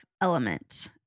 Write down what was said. Element